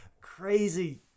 crazy